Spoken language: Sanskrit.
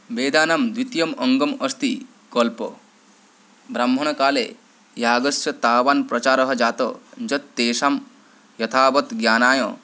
वेदानां द्वितीयम् अङ्गमस्ति कल्पः ब्राह्मणकाले यागस्य तावन् प्रचारः जातः यत् तेषां यथावत् ज्ञानाय